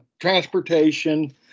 transportation